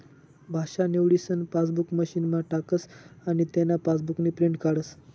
भाषा निवडीसन पासबुक मशीनमा टाकस आनी तेना पासबुकनी प्रिंट काढस